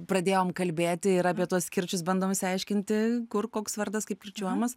pradėjom kalbėti ir apie tuos kirčius bandom išsiaiškinti kur koks vardas kaip kirčiuojamas